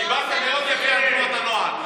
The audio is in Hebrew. דיברת מאוד יפה על תנועות הנוער.